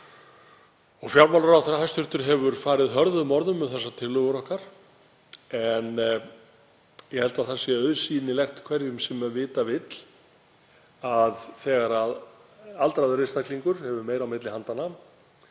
fjármálaráðherra hefur farið hörðum orðum um tillögur okkar en ég held að það sé auðsýnilegt hverjum sem vita vill að þegar aldraður einstaklingur hefur meira á milli handanna